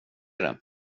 det